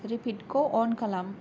रिपिटखौ अन खालाम